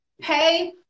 Pay